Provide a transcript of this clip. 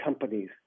companies